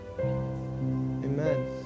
Amen